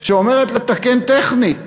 שאומרת לתקן טכנית,